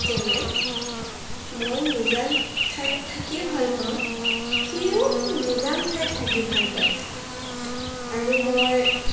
যেনে মই নিজান ঠাইত থাকি ভালপাওঁ সিও নিজান ঠাইত থাকি ভাল পায় আৰু মই